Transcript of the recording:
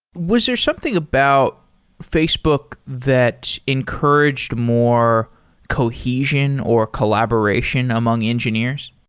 was there something about facebook that encouraged more cohesion or collaboration among engineers?